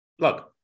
look